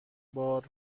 بار